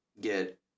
get